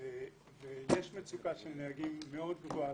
היא שולחת מסמכים רפואיים,